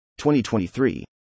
2023